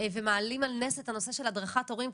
ומעלים על נס את נושא הדרכת ההורים,